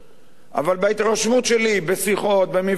אבל בהתרשמות שלי בשיחות, במפגשים,